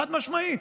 חד-משמעית.